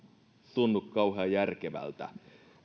tunnu kauhean järkevältä